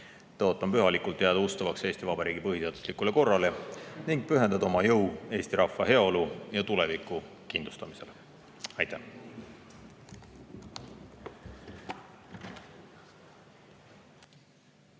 Tõotan pühalikult jääda ustavaks Eesti Vabariigi põhiseaduslikule korrale ning pühendada oma jõu Eesti rahva heaolu ja tuleviku kindlustamisele. Aitäh!